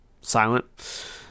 silent